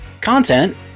Content